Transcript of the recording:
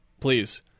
Please